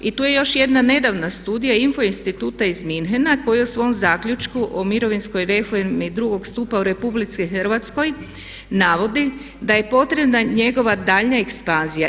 I tu je još jedna nedavna studija INFO instituta iz Münchena koja je u svom zaključku o mirovinskoj reformi 2. stupa u RH navodi da je potrebna njegova daljnja ekspanzija.